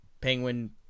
Penguin